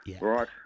right